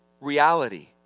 reality